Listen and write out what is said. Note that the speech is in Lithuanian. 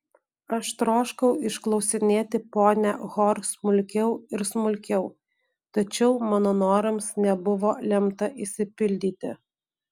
aš troškau išklausinėti ponią hor smulkiau ir smulkiau tačiau mano norams nebuvo lemta išsipildyti